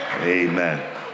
Amen